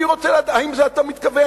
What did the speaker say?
אני רוצה לדעת אם לזה אתה מתכוון,